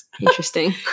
Interesting